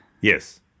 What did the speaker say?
Yes